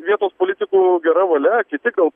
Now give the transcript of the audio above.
vietos politikų gera valia kiti gal